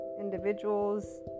individuals